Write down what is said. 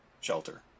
shelter